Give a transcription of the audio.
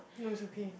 no it's okay